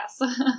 yes